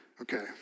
Okay